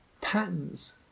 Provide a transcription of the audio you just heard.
patterns